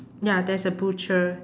ya there's a butcher